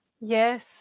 Yes